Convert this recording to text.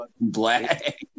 Black